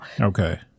Okay